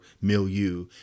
milieu